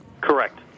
Correct